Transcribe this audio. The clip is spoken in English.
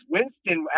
Winston